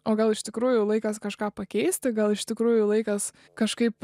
o gal iš tikrųjų laikas kažką pakeisti gal iš tikrųjų laikas kažkaip